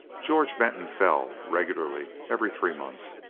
george benton fell, regularly, every three months,